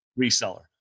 reseller